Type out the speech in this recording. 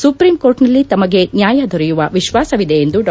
ಸುಪ್ರೀಂಕೋರ್ಟ್ನಲ್ಲಿ ತಮಗೆ ನ್ಯಾಯ ದೊರೆಯುವ ವಿಶ್ವಾಸವಿದೆ ಎಂದು ಡಾ